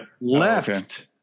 left